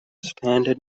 standard